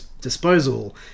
disposal